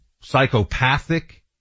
psychopathic